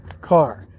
car